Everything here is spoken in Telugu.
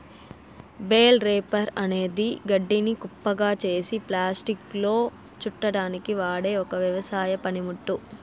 బేల్ రేపర్ అనేది గడ్డిని కుప్పగా చేసి ప్లాస్టిక్లో చుట్టడానికి వాడె ఒక వ్యవసాయ పనిముట్టు